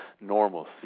normalcy